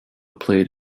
played